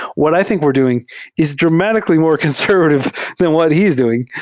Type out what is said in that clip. what i think we're doing is dramatically more conservative than what he is doing.